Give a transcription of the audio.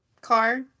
car